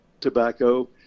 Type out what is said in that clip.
tobacco